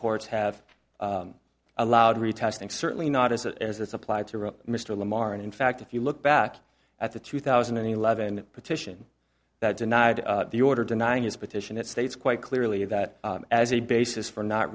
courts have allowed retesting certainly not as it as it's applied to mr lamar and in fact if you look back at the two thousand and eleven petition that denied the order denying his petition it states quite clearly that as a basis for not